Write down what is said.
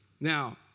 now